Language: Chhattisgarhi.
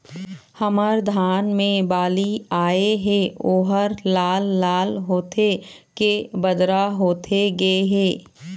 हमर धान मे बाली आए हे ओहर लाल लाल होथे के बदरा होथे गे हे?